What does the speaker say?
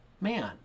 man